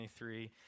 23